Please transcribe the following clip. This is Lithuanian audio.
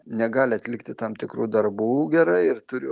negali atlikti tam tikrų darbų gerai ir turiu